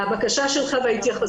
תחום הטיפולים